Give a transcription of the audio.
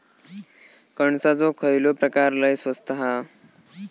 कणसाचो खयलो प्रकार लय स्वस्त हा?